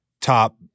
top